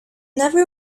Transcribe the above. never